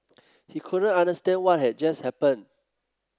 he couldn't understand what had just happened